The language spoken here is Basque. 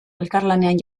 elkarlanean